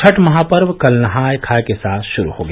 छठ महापर्व कल नहाय खाय के साथ शुरू हो गया